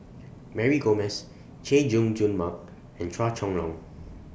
Mary Gomes Chay Jung Jun Mark and Chua Chong Long